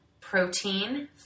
protein